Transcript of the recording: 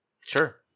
Sure